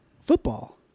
football